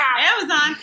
Amazon